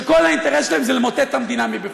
שכל האינטרס שלהם זה למוטט את המדינה מבפנים.